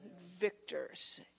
victors